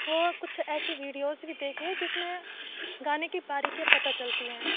وہ کچھ ایسی ویڈیوز بھی دیکھے جس میں گانے کی باریکیاں پتا چلتی ہیں